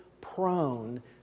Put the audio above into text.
prone